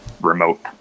remote